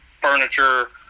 furniture